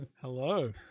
Hello